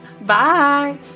Bye